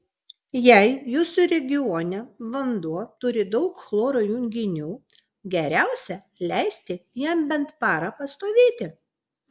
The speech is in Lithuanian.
jei jūsų regione vanduo turi daug chloro junginių geriausia leisti jam bent parą pastovėti